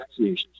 vaccinations